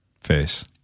face